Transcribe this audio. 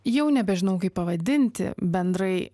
jau nebežinau kaip pavadinti bendrai